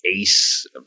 Ace